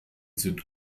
sind